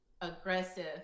aggressive